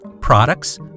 products